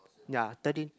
ya thirty